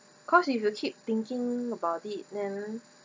cause if you keep thinking about it then